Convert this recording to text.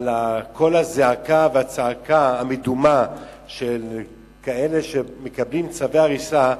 על קול הזעקה והצעקה המדומה של כאלה שמקבלים צווי הריסה,